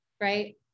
Right